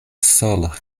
sol